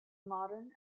modern